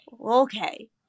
Okay